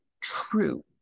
true